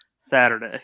saturday